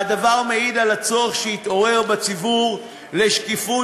והדבר מעיד על הצורך שהתעורר בציבור בשקיפות